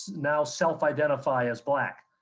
now self identify as black.